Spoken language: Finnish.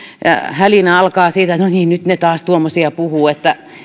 hälinä alkaa no niin nyt ne taas tuommoisia puhuu